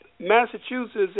Massachusetts